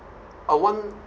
our [one]